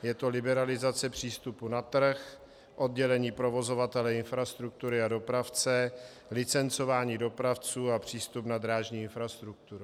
Je to liberalizace přístupu na trh, oddělení provozovatele infrastruktury a dopravce, licencování dopravců a přístup na drážní infrastrukturu.